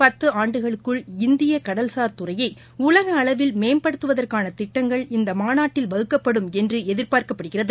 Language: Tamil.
பத்துஆண்டுகளுக்குள் இந்தியகடல்சார் துறையைஉலகஅளவில் மேம்படுத்துவதற்கானதிட்டங்கள் வரும் இந்தமாநாட்டில் வகுக்கப்படும் என்றுஎதிர்பார்க்கப்படுகிறது